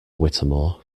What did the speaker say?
whittemore